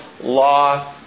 law